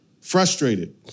frustrated